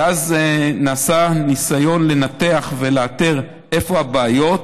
ואז נעשה ניסיון לנתח ולאתר איפה הבעיות.